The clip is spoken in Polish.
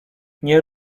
nie